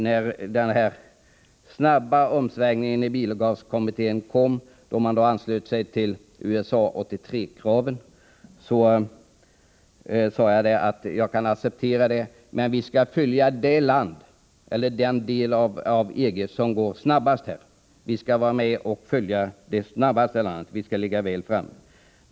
När den snabba omsvängningen i bilavgaskommittén skedde, då man anslöt sig till USA 83-kraven, sade jag att jag kunde acceptera detta, men att vi borde följa det land i EG som går snabbast fram. Vi skall ligga väl framme.